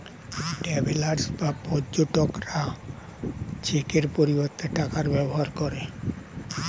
travellers বা পর্যটকরা চেকের পরিবর্তে টাকার ব্যবহার করে